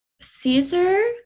Caesar